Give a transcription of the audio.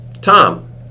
Tom